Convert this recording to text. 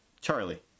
Charlie